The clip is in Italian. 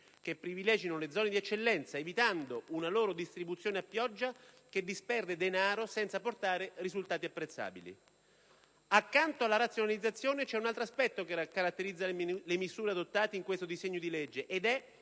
che privilegino le zone di eccellenza, evitando una loro distribuzione a pioggia che disperde denaro senza portare risultati apprezzabili. Accanto alla razionalizzazione, un altro aspetto che caratterizza le misure adottate in questo disegno di legge è